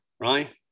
Right